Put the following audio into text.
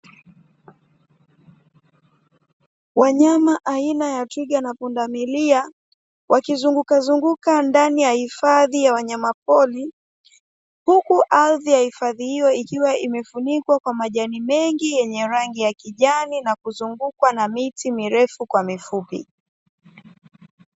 Wanyama aina ya twiga na pundamilia wakizunguka zunguka ndani ya hifadhi ya wanyama pori, huku ardhi ya hifadhi hiyo, ikiwa imefunikwa kwa majani mengi nyenye rangi ya kijani, na kuzungukwa na miti mirefu kwa mifupi.